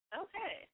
okay